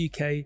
UK